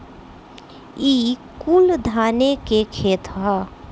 ई कुल धाने के खेत ह